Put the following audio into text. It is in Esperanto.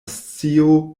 scio